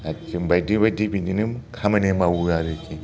आरो जों बायदि बायदि बिदिनो खामानि मावो आरो जोङो